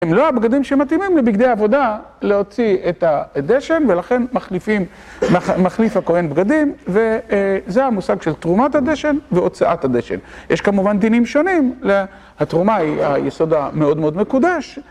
הם לא הבגדים שמתאימים לבגדי העבודה להוציא את הדשן ולכן מחליף הכהן בגדים וזה המושג של תרומת הדשן והוצאת הדשן יש כמובן דינים שונים, התרומה היא היסוד המאוד מאוד מקודש